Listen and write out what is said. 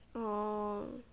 oh